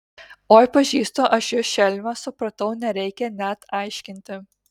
oi pažįstu aš jus šelmes supratau nereikia net aiškinti